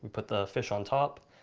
put the fish on top,